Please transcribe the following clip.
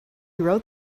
wrote